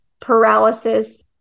paralysis